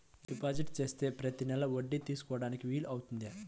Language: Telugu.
డిపాజిట్ చేస్తే ప్రతి నెల వడ్డీ తీసుకోవడానికి వీలు అవుతుందా?